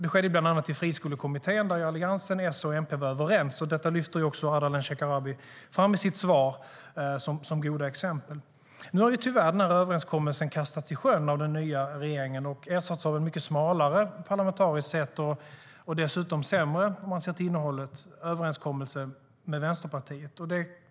Det skedde bland annat i Friskolekommittén där Alliansen, S och MP var överens, och detta lyfter ju också Ardalan Shekarabi fram i sitt svar som goda exempel. Nu har tyvärr den överenskommelsen kastats i sjön av den nya regeringen och ersatts av en parlamentariskt sett mycket smalare och till innehållet sämre överenskommelse med Vänsterpartiet.